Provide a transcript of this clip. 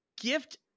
gift